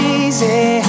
easy